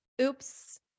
Oops